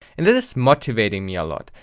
and that is motivating me a lot,